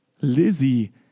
Lizzie